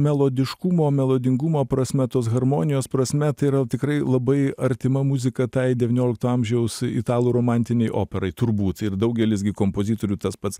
melodiškumo melodingumo prasme tos harmonijos prasme tai yra tikrai labai artima muzika tai devyniolikto amžiaus italų romantinei operai turbūt ir daugelis gi kompozitorių tas pats